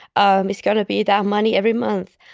um it's going to be that money every month,